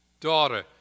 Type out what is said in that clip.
Daughter